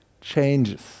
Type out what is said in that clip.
changes